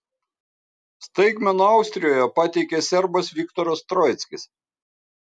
staigmeną austrijoje pateikė serbas viktoras troickis